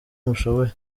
mushoboye